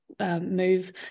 Move